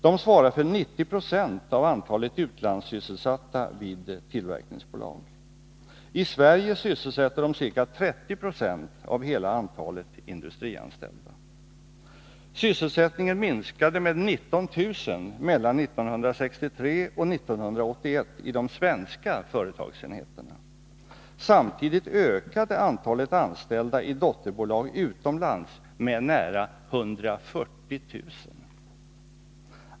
De svarar för 90 96 av antalet utlandssysselsatta vid Måndagen den tillverkningsbölsg; I SvSrigg SEsesker de ca 30 20 av hela antalet & december 1982: mdustrianstållda; SYSSISä Finse Minskade ngd 19 000 mellan 1988 a 1981 i de svenska företagsenheterna. Samtidigt ökade antalet anställda i dotterbolag utomlands med nära 140 000.